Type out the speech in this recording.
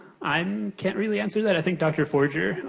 i um can't really answer that. i think, dr. forger,